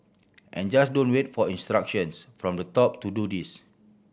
and just don't wait for instructions from the top to do this